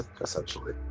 essentially